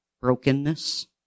brokenness